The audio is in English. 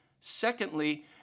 Secondly